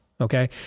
okay